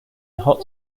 hot